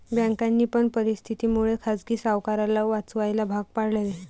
बँकांनी पण परिस्थिती मुळे खाजगी सावकाराला वाचवायला भाग पाडले